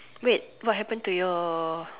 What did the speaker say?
wait what happened to your